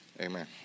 Amen